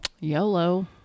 YOLO